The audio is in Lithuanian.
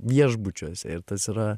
viešbučiuose ir tas yra